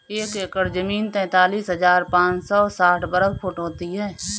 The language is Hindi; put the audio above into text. एक एकड़ जमीन तैंतालीस हजार पांच सौ साठ वर्ग फुट होती है